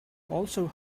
also